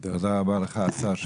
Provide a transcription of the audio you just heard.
תודה רבה לך, השר.